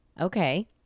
Okay